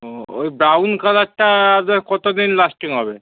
ওহ ওই ব্রাউন কালারটা কত দিন লাস্টিং হবে